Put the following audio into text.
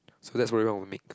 so that's where everyone will make